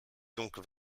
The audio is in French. donc